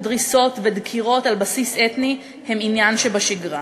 דריסות ודקירות על בסיס אתני הן עניין שבשגרה.